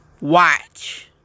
watch